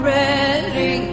ready